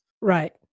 Right